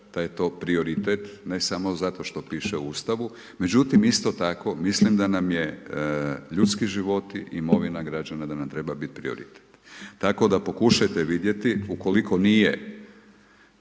da je to prioritet ne samo zato što piše u Ustavu. Međutim, isto tako mislim da nam je ljudski životi i imovina građana da nam treba biti prioritet. Tako da pokušajte vidjeti, ukoliko nije